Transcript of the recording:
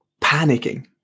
panicking